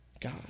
God